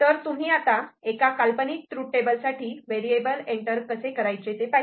तर तुम्ही आता एका काल्पनिक ट्रूथ टेबल साठी व्हेरिएबल एंटर कसे करायचे ते पाहिले